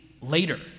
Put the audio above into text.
later